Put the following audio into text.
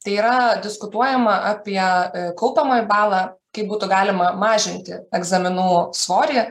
tai yra diskutuojama apie kaupiamoj balą kaip būtų galima mažinti egzaminų svorį